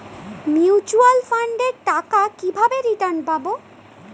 Mutual ফান্ডের টাকা কিভাবে রিটার্ন পাব?